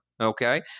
okay